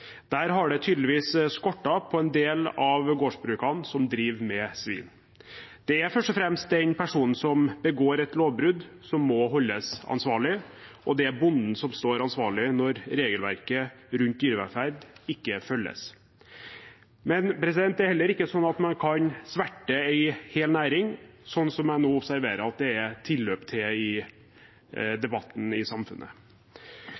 har det tydeligvis skortet på ved en del av gårdsbrukene som driver med svin. Det er først og fremst den personen som begår et lovbrudd, som må holdes ansvarlig, og det er bonden som står ansvarlig når regelverket rundt dyrevelferd ikke følges. Men det er heller ikke slik at man kan sverte en hel næring, slik som jeg nå ser at det er tilløp til i